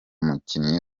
mukinnyi